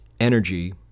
energy